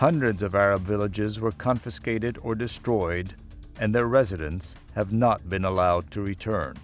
hundreds of arab villages were confiscated or destroyed and their residents have not been allowed to return